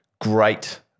Great